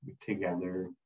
together